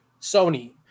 sony